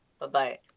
Bye-bye